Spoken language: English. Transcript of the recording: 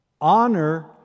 Honor